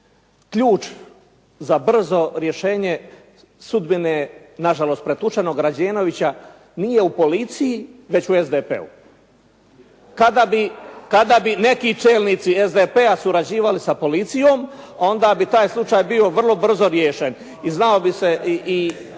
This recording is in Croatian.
Ključ za brzo rješenje sudbine na žalost pretučenog Rađenovića nije u policiji već u SDP-u. Kada bi neki čelnici SDP-a surađivali sa policijom onda bi taj slučaj bio vrlo brzo riješen i znalo bi se i